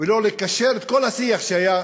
ולא לקשר את כל השיח שהיה